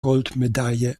goldmedaille